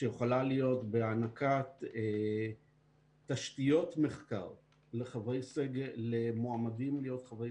שיכולה להיות בהענקת תשתיות מחקר למועמדים להיות חברי